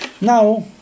Now